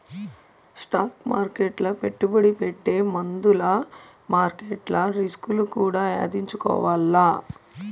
stock మార్కెట్ల పెట్టుబడి పెట్టే ముందుల మార్కెట్ల రిస్కులు కూడా యాదించుకోవాల్ల